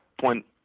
point